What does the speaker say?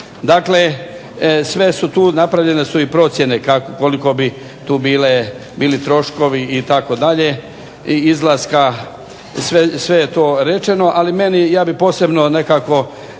Dakle, sve su tu, napravljene su i procjene koliki bi tu bili troškovi itd., sve je to rečeno, ali meni, ja bih posebno nekako